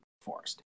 Forest